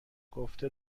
گفته